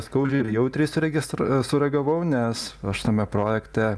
skaudžiai ir jautriai suregistro sureagavau nes aš tame projekte